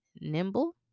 nimble